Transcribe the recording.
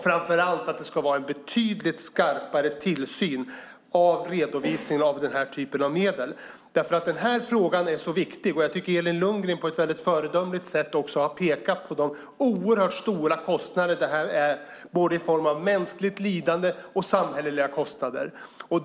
Framför allt ska det vara en betydligt skarpare tillsyn av redovisningen av den här typen av medel. Frågan är viktig, och Elin Lundgren har på ett föredömligt sätt pekat på de oerhört stora kostnader detta medför, både i form av mänskligt lidande och för samhällsekonomin.